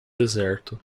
deserto